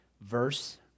verse